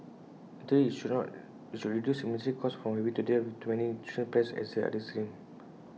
in theory IT should reduce administrative costs from having to deal with too many insurance plans as the other extreme